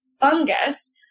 fungus